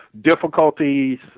difficulties